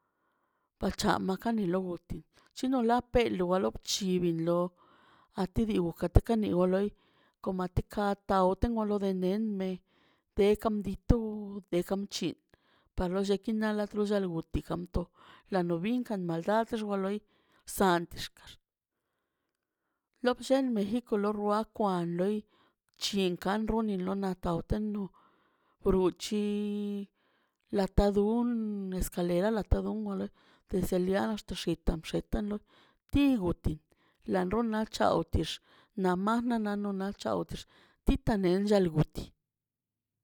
Bachama kani lotlə chino ḻa pelu galop chibi lo a ti diwi kate kani go loi kon ma teca tao tengo lo de nen ne te kam didoo team di chi par lo lle kin nale trulla lo ti kanto la nu binkaꞌ maldad xwa loi san txtx lo bllen nji kolor ruakan loi chin kan rrunni lona pateno puchi latado un escalera latadun decelar wale el xita xeta no tibuti la no chao xtix nanma na no na tix titan no naltix.